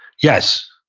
yes.